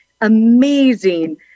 amazing